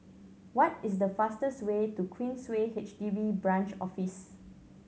what is the fastest way to Queensway H D B Branch Office